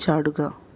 ചാടുക